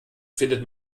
findet